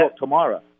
tomorrow